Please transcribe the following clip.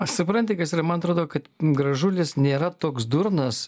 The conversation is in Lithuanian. aš supranti kas yra man atrodo kad gražulis nėra toks durnas